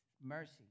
mercy